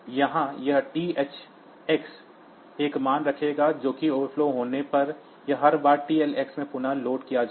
यहाँ यह TH x एक मान रखेगा जो कि ओवरफ्लो होने पर हर बार TL x में पुनः लोड किया जाएगा